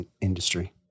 industry